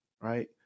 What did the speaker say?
right